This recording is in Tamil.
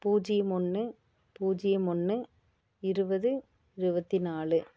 பூஜியம் ஒன்று பூஜியம் ஒன்று இருபது இருபத்தி நாலு